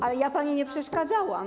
Ale ja pani nie przeszkadzałam.